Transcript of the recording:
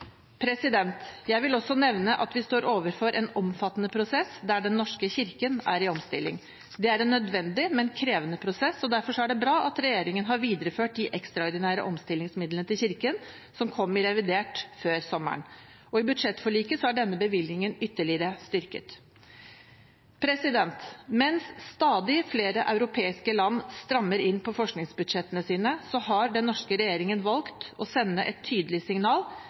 Jeg vil også nevne at vi står overfor en omfattende prosess, der Den norske kirke er i omstilling. Det er en nødvendig, men krevende prosess, og derfor er det bra at regjeringen har videreført de ekstraordinære omstillingsmidlene til Kirken som kom i revidert før sommeren, og i budsjettforliket er denne bevilgningen ytterligere styrket. «Mens stadig flere europeiske land strammer inn på forskningsbudsjettene sine, har den norske regjeringen valgt å sende et tydelig signal